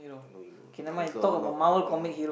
I know you are uncle or not